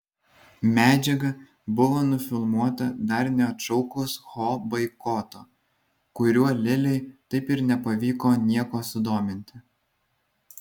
medžiaga buvo nufilmuota dar neatšaukus ho boikoto kuriuo lilei taip ir nepavyko nieko sudominti